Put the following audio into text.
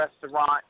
Restaurant